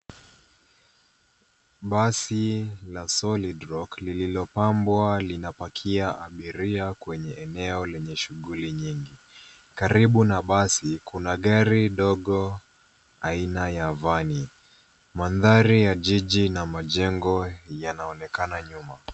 Basi la Solid Rock lililopambwa linapakia abiria kwenye eneo lenye shuguli nyingi. Karibu na basi, kuna gari dogo aina ya vani, mandhari ya jiji na majengo yanaonekana nyuma.